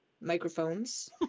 microphones